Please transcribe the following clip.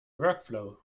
workflow